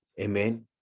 Amen